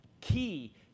key